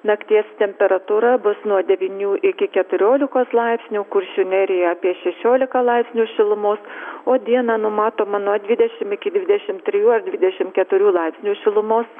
nakties temperatūra bus nuo devynių iki keturiolikos laipsnių kuršių nerijoje apie šešiolika laipsnių šilumos o dieną numatoma nuo dvidešim iki dvidešim trijų ar dvidešim keturių laipsnių šilumos